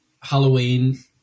Halloween